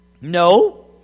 No